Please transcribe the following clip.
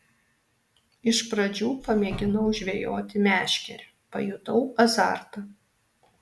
iš pradžių pamėginau žvejoti meškere pajutau azartą